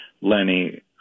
Lenny